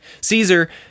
Caesar